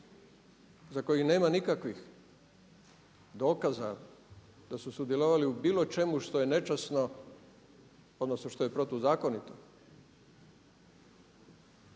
za koje nema nikakvih dokaza da su sudjelovali u bilo čemu što je nečasno, odnosno što je protuzakonito